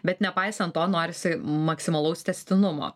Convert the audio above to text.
bet nepaisant to norisi maksimalaus tęstinumo